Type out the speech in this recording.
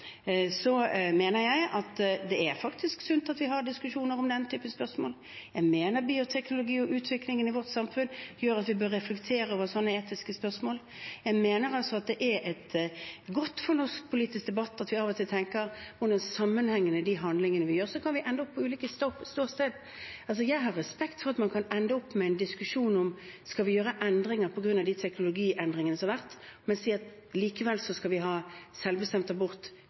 mener at det faktisk er sunt at vi har diskusjoner om den typen spørsmål. Jeg mener at bioteknologien og utviklingen i vårt samfunn gjør at vi bør reflektere over slike etiske spørsmål. Jeg mener altså at det er godt for norsk politisk debatt at vi av og til tenker over hvordan sammenhengen er i de handlingene vi gjør. Og vi kan ende opp med ulikt ståsted. Jeg har respekt for at man kan ende opp med en diskusjon om hvorvidt vi skal gjøre endringer på grunn av de teknologiske endringene som har vært, men si at vi likevel skal ha selvbestemt abort,